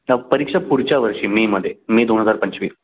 हा परीक्षा पुढच्या वर्षी मेमध्ये मे दोन हजार पंचवीस